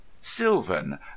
sylvan